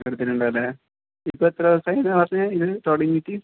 എടുത്തിട്ടുണ്ടല്ലേ ഇപ്പം എത്ര ദിവസായി എന്നാണ് പറഞ്ഞത് ഇത് തുടങ്ങിയിട്ട്